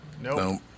Nope